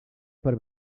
per